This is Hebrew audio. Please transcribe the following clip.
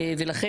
ולכן,